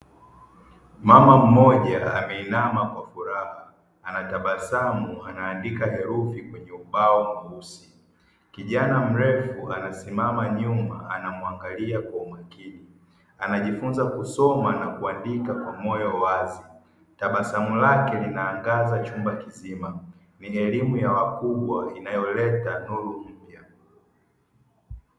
Mama mmoja ameinama kwa furaha ana tabasamu anaandika herufi kwenye ubao mweusi, kijana mrefu anasimama nyuma anamuangalia kwa umakini, anajifunza kusoma na kuandika kwa moyo wazi, tabasamu lake lina angaza chumba kizima ni elimu ya wakubwa inayoleta nuru mpya.